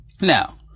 Now